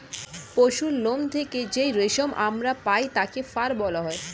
পশুর লোম থেকে যেই রেশম আমরা পাই তাকে ফার বলা হয়